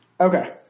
Okay